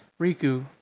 Riku